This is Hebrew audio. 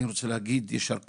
אני רוצה להגיד יישר כוח,